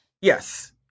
Yes